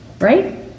Right